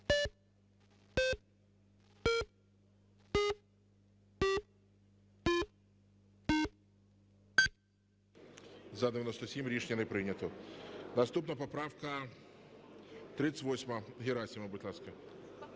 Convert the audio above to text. За-92 Рішення не прийнято. Наступна поправка 58-а. Герасимов, будь ласка.